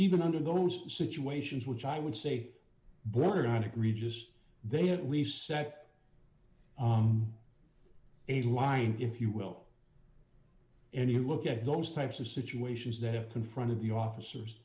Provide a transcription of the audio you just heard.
even under those situations which i would say burdick regis they have at least set a line if you will and you look at those types of situations that have confronted the officers